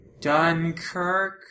Dunkirk